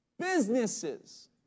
Businesses